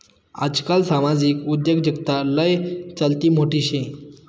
आजकाल सामाजिक उद्योजकताना लय चलती मोठी शे